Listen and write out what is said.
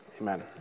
Amen